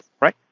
right